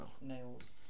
nails